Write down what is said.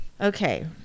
Okay